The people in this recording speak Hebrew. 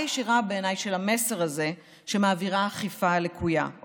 ישירה בעיניי של המסר הזה שמעבירה האכיפה הלקויה,